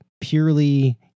purely